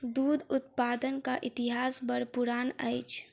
दूध उत्पादनक इतिहास बड़ पुरान अछि